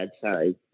sorry